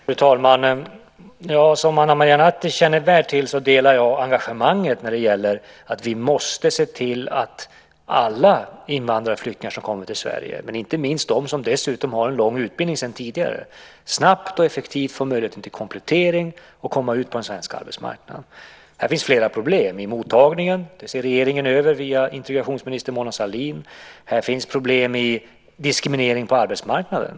Fru talman! Som Ana Maria Narti känner väl till delar jag engagemanget när det gäller att vi måste se till att alla invandrarflyktingar som kommer till Sverige, inte minst de som dessutom har en lång utbildning sedan tidigare, snabbt och effektivt får möjlighet att komplettera och komma ut på den svenska arbetsmarknaden. Här finns flera problem i mottagningen. Det ser regeringen över via integrationsminister Mona Sahlin. Här finns problem med diskriminering på arbetsmarknaden.